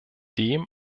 dem